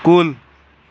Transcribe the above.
کُل